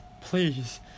please